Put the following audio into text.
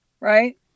right